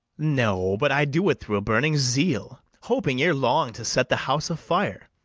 no, but i do it through a burning zeal hoping ere long to set the house a-fire